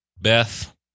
Beth